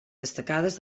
destacades